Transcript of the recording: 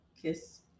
kiss